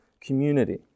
community